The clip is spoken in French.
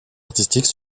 artistique